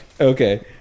Okay